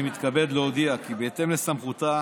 אני מתכבד להודיע כי בהתאם לסמכותה